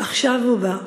עכשיו הוא בא,